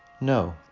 No